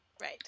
Right